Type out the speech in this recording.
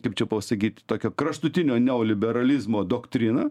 kaip čia pasakyt tokio kraštutinio neoliberalizmo doktriną